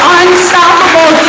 unstoppable